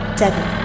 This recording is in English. seven